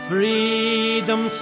Freedom